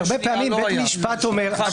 הרבה פעמים בית משפט אומר --- שנייה.